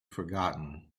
forgotten